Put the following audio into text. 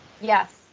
Yes